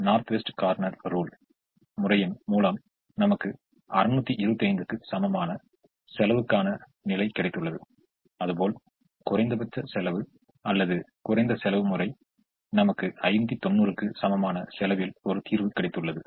north west corner rule முறையின் மூலம் நமக்கு 625 க்கு சமமான செலவைக்கான நிலை கிடைத்துள்ளது அதுபோல் குறைந்தபட்ச செலவு அல்லது குறைந்த செலவு முறை நமக்கு 590 க்கு சமமான செலவில் ஒரு தீர்வு கிடைத்துள்ளது